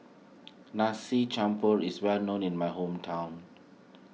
Nasi Campur is well known in my hometown